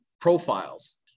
profiles